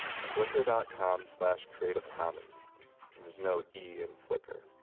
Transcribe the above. flickr dot com slash creativecommons and there's no e in flickr.